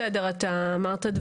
הכל בסדר.